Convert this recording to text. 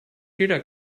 jeder